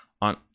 on